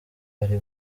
ari